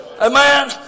Amen